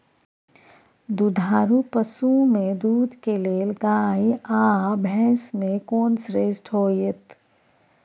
दुधारू पसु में दूध के लेल गाय आ भैंस में कोन श्रेष्ठ होयत?